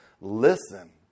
listen